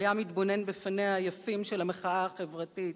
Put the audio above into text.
הוא היה מתבונן בפניה היפים של המחאה החברתית,